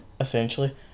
essentially